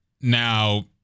Now